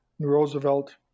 Roosevelt